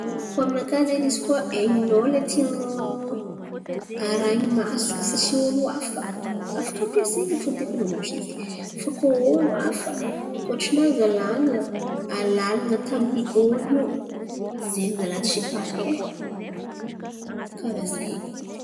Koa aminakà izen̈y izy koa tian̈ô hain̈y tsy olo hafa, afaka ampiasaina fo tekinôlojy zen̈y. Fa koa olo hafa koa tsy mahazo alan̈ala alalan̈a koa taminy olo io zen̈y zala tsy pare e, karà zen̈y.